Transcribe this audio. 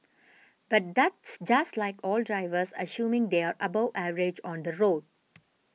but that's just like all drivers assuming they are above average on the road